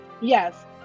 Yes